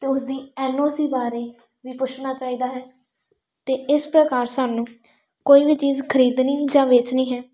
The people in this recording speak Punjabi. ਅਤੇ ਉਸਦੀ ਐੱਨ ਓ ਸੀ ਬਾਰੇ ਵੀ ਪੁੱਛਣਾ ਚਾਹੀਦਾ ਹੈ ਅਤੇ ਇਸ ਪ੍ਰਕਾਰ ਸਾਨੂੰ ਕੋਈ ਵੀ ਚੀਜ਼ ਖਰੀਦਣੀ ਜਾਂ ਵੇਚਣੀ ਹੈ